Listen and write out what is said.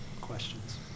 questions